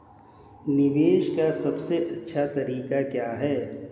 निवेश का सबसे अच्छा तरीका क्या है?